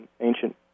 ancient